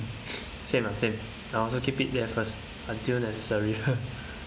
same ah same I also keep it there first until necessary